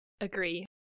Agree